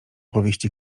powieści